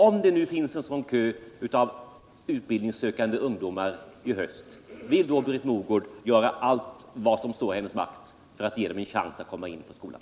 Om det i höst finns en kö av utbildningssökande ungdomar, vill Britt Mogård då göra allt som står i hennes makt för att ge dem en chans att komma in i gymnasieskolan?